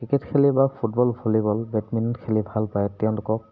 cricket খেলি বা football volleyball badminton খেলি ভাল পায় তেওঁলোকক